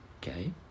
Okay